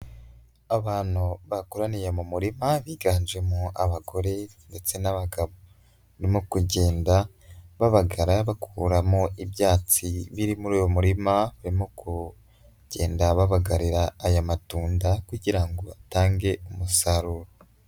Abantu bakoraniye mu murima biganjemo abagore ndetse n'abagabo. Barimo kugenda babagara bakuramo ibyatsi biri muri uyu murima, barimo kugenda babagarira aya matunda kugira ngo atange umusaruro.